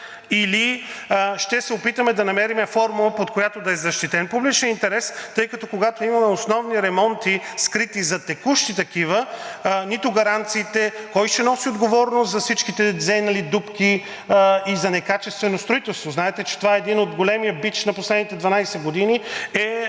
или ще се опитаме да намерим формула, под която да е защитен публичният интерес, тъй като, когато имаме основни ремонти, скрити зад текущи такива, нито гаранциите… кой ще носи отговорност за всичките зейнали дупки и за некачествено строителство. Знаете, че това е един от големия бич – на последните 12 години